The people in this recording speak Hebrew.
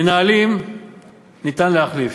מנהלים ניתן להחליף,